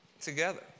together